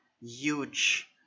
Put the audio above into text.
huge